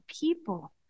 people